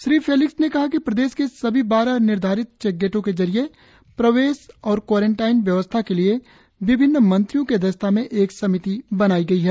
Shri Felix ने कहा कि प्रदेश के सभी बारह निर्धारित चेकगेटों के जरिए प्रवेश और क्वारेनटाइन व्यवस्था के लिए विभिन्न मंत्रियों की अध्यक्षता में एक समिति बनाई गई है